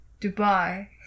Dubai